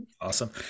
awesome